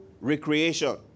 recreation